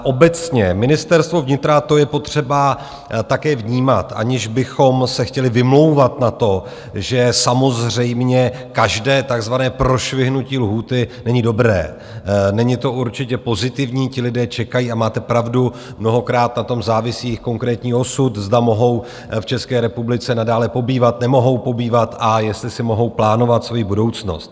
Obecně: Ministerstvo vnitra a to je potřeba také vnímat, aniž bychom se chtěli vymlouvat na to, že samozřejmě každé takzvané prošvihnutí lhůty není dobré, není to určitě pozitivní, ti lidé čekají a máte pravdu, mnohokrát na tom závisí i konkrétní osud, zda mohou v České republice nadále pobývat, nemohou pobývat a jestli si mohou plánovat svoji budoucnost.